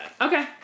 Okay